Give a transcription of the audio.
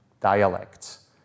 dialects